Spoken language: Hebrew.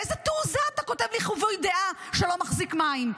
באיזו תעוזה אתה כותב לי חיווי דעה שלא מחזיק מים?